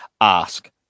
ask